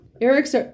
Eric's